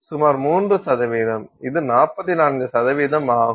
சுமார் 3 இது 44 ஆகும்